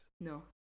No